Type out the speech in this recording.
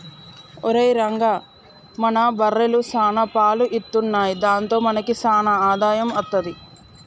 ఒరేయ్ రంగా మన బర్రెలు సాన పాలు ఇత్తున్నయ్ దాంతో మనకి సాన ఆదాయం అత్తది